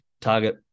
target